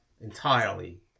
entirely